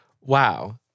Wow